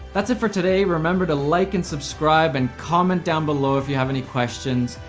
that's it for today. remember to like and subscribe, and comment down below if you have any questions,